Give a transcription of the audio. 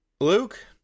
Luke